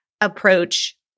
approach